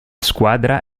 squadra